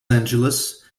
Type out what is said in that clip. angeles